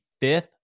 fifth